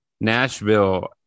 nashville